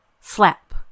Slap